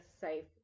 safe